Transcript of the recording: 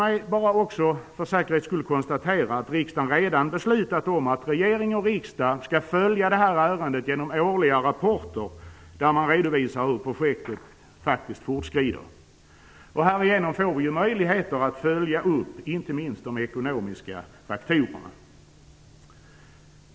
Låt mig också för säkerhets skull konstatera att riksdagen redan har fattat beslut om att regering och riksdag skall följa det här ärendet genom årliga rapporter där det redovisas hur projektet faktiskt fortskrider. Härigenom får vi möjligheter att följa upp, inte minst, de ekonomiska faktorerna.